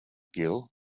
gill